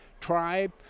tribe